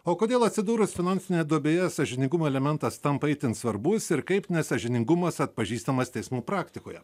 o kodėl atsidūrus finansinėje duobėje sąžiningumo elementas tampa itin svarbus ir kaip nesąžiningumas atpažįstamas teismų praktikoje